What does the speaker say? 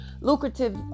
lucrative